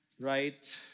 right